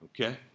Okay